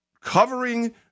covering